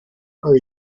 are